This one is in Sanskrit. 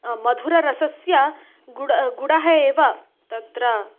मधुररसस्य गुडं गुडं एव तत्र